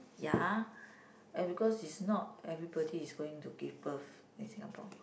ya and because is not everybody is going to give birth in Singapore